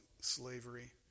slavery